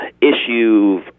issue